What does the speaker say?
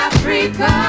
Africa